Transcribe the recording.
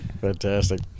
Fantastic